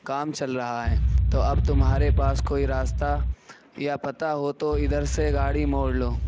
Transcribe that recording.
کام چل رہا ہے تو اب تمہارے پاس کوئی راستہ یا پتہ ہو تو ادھر سے گاڑی موڑ لو